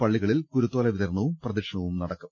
പള്ളികളിൽ കുരുത്തോല വിതരണവും പ്രദക്ഷിണവും നടക്കും